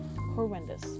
Horrendous